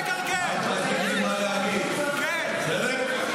חברת הכנסת בן ארי, אני מבקש לשבת.